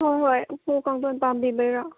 ꯍꯣꯏ ꯍꯣꯏ ꯎꯄꯨ ꯀꯥꯡꯊꯣꯜ ꯄꯥꯝꯕꯤꯕꯒꯤꯔꯣ